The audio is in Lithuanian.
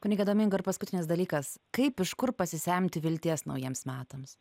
kunige domingo ir paskutinis dalykas kaip iš kur pasisemti vilties naujiems metams